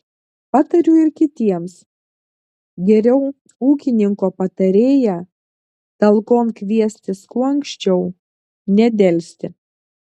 patariu ir kitiems geriau ūkininko patarėją talkon kviestis kuo anksčiau nedelsti